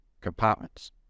compartments